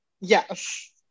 yes